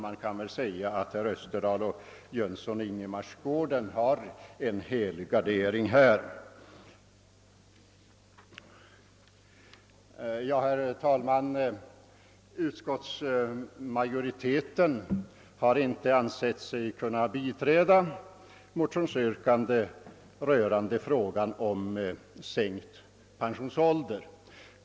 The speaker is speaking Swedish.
Man kan väl sålunda säga att herrar Österdahl och Jönsson i Ingemarsgården har en halvgardering på denna punkt. Herr talman! Utskottsmajoriteten har inte ansett sig kunna biträda motionsyrkande rörande frågan om sänkt pensionsålder.